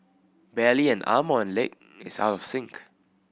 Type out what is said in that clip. barely an arm or leg is out of sync